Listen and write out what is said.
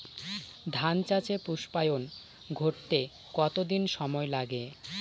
ধান চাষে পুস্পায়ন ঘটতে কতো দিন সময় লাগে?